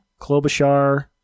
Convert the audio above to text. Klobuchar